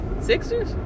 Sixers